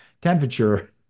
temperature